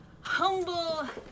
humble